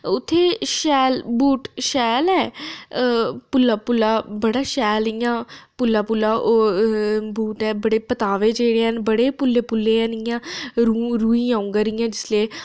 उत्थै शैल बूट शैल ऐ पुल्ला पुल्ला बड़ा शैल इ'यां पुल्ला पुल्ला ओह् बूट ऐ बड़े पताबे जेह्ड़े हैन बड़े पुल्ले पुल्ले हैन इ'यां रूंह् रूंही आंगर जिसलै